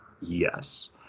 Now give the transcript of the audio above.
yes